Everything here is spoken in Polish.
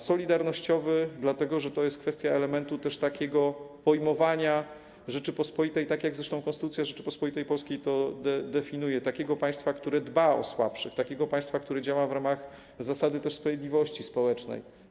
Solidarnościowy, dlatego że to jest kwestia elementu takiego pojmowania Rzeczypospolitej, jak zresztą definiuje to Konstytucja Rzeczypospolitej Polskiej, takiego państwa, które dba o słabszych, takiego państwa, które działa w ramach zasady sprawiedliwości społecznej.